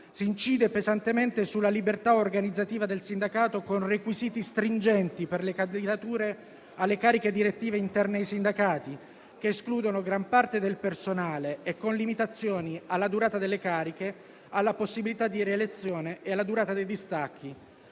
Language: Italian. Si incide pesantemente sulla libertà organizzativa del sindacato con requisiti stringenti per le candidature alle cariche direttive interne ai sindacati, che escludono gran parte del personale, e con limitazioni alla durata delle cariche, alla possibilità di rielezione e alla durata dei distacchi.